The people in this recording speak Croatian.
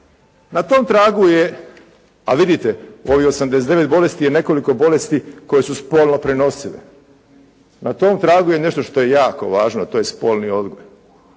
Na tom tragu je, a vidite ovih 89 bolesti je nekoliko bolesti koje su spolno prenosive. Na tom tragu je nešto što je jako važno a to je spolni odgoj.